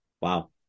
Wow